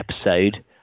episode